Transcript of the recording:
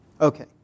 Okay